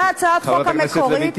אותה הצעת חוק מקורית --- חברת הכנסת לוי,